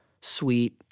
sweet